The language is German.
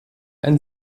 ein